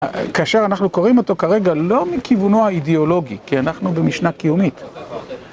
כאשר אנחנו קוראים אותו כרגע לא מכיוונו האידיאולוגי, כי אנחנו במשנה קיומית.